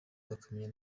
bakamenya